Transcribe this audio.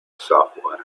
software